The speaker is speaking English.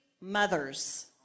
mothers